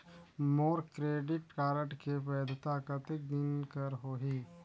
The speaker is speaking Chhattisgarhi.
मोर क्रेडिट कारड के वैधता कतेक दिन कर होही?